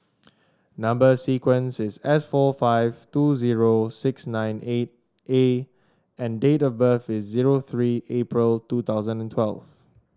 number sequence is S four five two zero six nine eight A and date of birth is zero three April two thousand and twelve